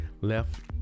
left